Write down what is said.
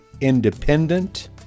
independent